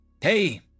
Hey